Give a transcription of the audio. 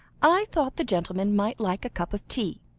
i thought the gentleman might like a cup of tea,